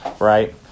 right